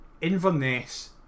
Inverness